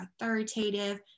authoritative